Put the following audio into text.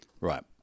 Right